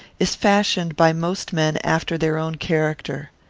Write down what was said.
is fashioned by most men after their own character.